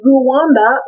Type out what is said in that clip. Rwanda